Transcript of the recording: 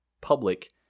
public